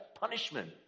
punishment